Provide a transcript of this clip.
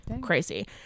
crazy